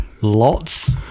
lots